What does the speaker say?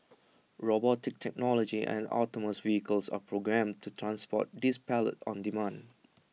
robotic technology and autonomous vehicles are programmed to transport these pallets on demand